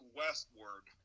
westward